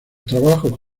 trabajos